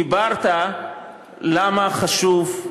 דיברת למה חשוב,